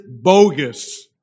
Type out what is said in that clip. bogus